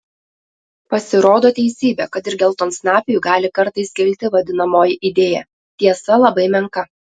pasirodo teisybė kad ir geltonsnapiui gali kartais kilti vadinamoji idėja tiesa labai menka